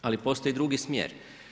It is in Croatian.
Ali postoji drugi smjer.